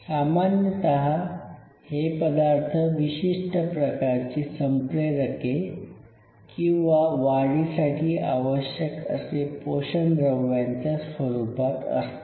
सामान्यतः हे पदार्थ विशिष्ट प्रकारची संप्रेरके किंवा वाढीसाठी आवश्यक असे पोषणद्रव्यांच्या स्वरूपात असतात